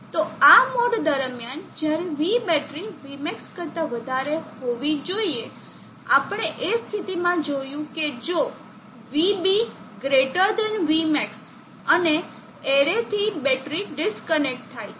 તો આ મોડ દરમિયાન જ્યારે V બેટરી Vmax કરતા વધારે હોવી જોઈએ આપણે એ સ્થિતિમાં જોયું કે જો VB Vmax અને એરેથી બેટરી ડિસ્કનેક્ટ થાય છે